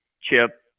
chip